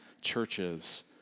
churches